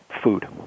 food